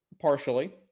partially